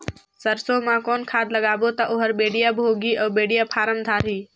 सरसो मा कौन खाद लगाबो ता ओहार बेडिया भोगही अउ बेडिया फारम धारही?